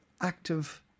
Active